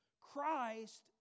Christ